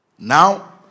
Now